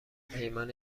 پیمان